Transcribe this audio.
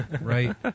right